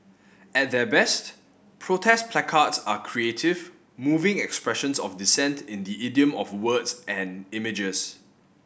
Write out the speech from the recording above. at their best protest placards are creative moving expressions of dissent in the idiom of words and images